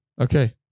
Okay